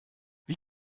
wie